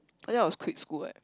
I think I was quit school eh